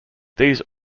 these